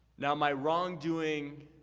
now, my wrong doing,